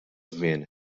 żmien